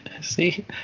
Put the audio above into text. See